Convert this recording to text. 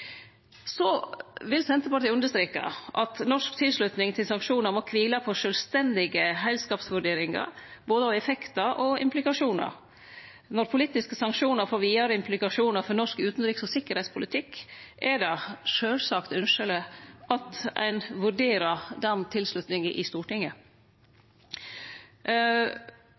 vil understreke at norsk tilslutning til sanksjonar må kvile på sjølvstendige heilskapsvurderingar av både effektar og implikasjonar. Når politiske sanksjonar får vidare implikasjonar for norsk utanriks- og sikkerheitspolitikk, er det sjølvsagt ynskjeleg at ein vurderer tilslutninga i Stortinget.